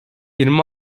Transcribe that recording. yirmi